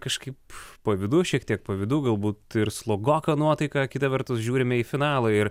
kažkaip pavydu šiek tiek pavydu galbūt ir slogoka nuotaika kita vertus žiūrime į finalą ir